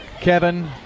Kevin